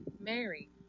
mary